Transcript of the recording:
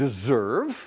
deserve